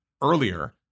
earlier